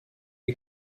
est